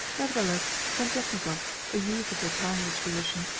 nevertheless tientietnikov, a youth of retiring disposition,